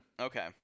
Okay